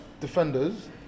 Defenders